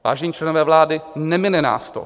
Vážení členové vlády, nemine nás to.